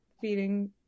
feeding